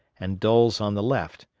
and doles on the left,